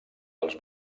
els